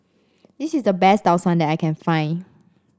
this is the best Tau Suan that I can find